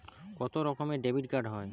কত রকমের ডেবিটকার্ড হয়?